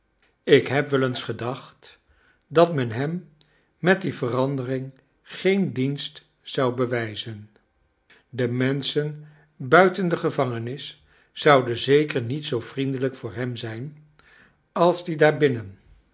ik heb wel eens gedacht dat men hem met die verandering geen dienst zou bewijzen de menschen buiten de gevangenis zouden zeker niet zoo vriendelijk voor hem zijn als die daar binnen